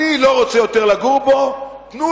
אני לא בקי בפרט האחרון,